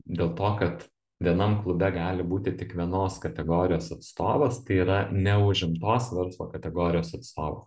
dėl to kad vienam klube gali būti tik vienos kategorijos atstovas tai yra neužimtos verslo kategorijos atstovas